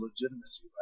legitimacy